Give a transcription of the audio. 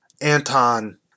Anton